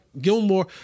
Gilmore